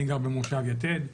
אני באתי ממושב יתד,